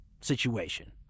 situation